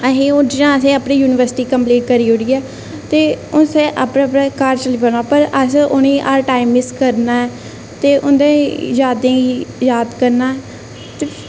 असें ओह् चीजां ओह् अपनी युनिवर्सिटी कम्पलीट करी ओड़ी ऐ ते हून अपने अपने घर चली पौना पर असें उ'नें गी हर टाईम मिस करना ऐ ते उं'दे यादें गी याद करना ते